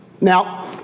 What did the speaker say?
Now